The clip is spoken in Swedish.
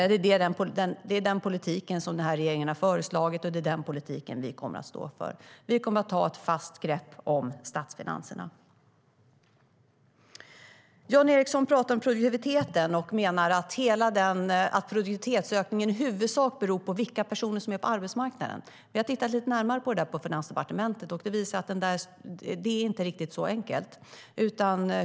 Det är den politiken som den här regeringen har föreslagit, och det är den politiken vi kommer att stå för. Vi kommer att ta ett fast grepp om statsfinanserna. Vi har tittat lite närmare på det där på Finansdepartementet, och det visar sig att det inte riktigt är så enkelt.